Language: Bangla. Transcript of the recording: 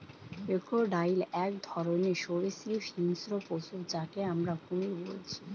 ক্রকোডাইল এক ধরণের সরীসৃপ হিংস্র পশু যাকে আমরা কুমির বলছি